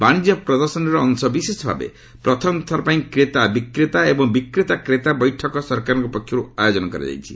ବାଣିଜ୍ୟ ପ୍ରଦର୍ଶନୀ ର ଅଂଶବିଶେଷ ଭାବେ ପ୍ରଥମ ଥର ପାଇଁ କ୍ରେତା ବିକ୍ରେତା ଏବଂ ବିକ୍ରେତା କ୍ରେତା ବୈଠକ ସରକାରଙ୍କ ପକ୍ଷର୍ ଆୟୋଜନ କରାଯାଇଛି